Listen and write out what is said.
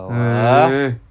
eh